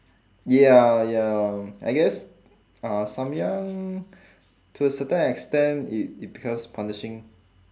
ya ya I guess uh samyang to a certain extent it it becomes punishing